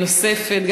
נוספת,